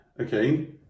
okay